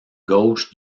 gauche